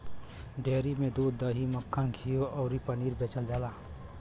dairy में दूध, दही, मक्खन, घीव अउरी पनीर बेचल जाला